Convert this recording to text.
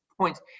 points